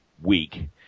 Week